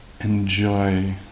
enjoy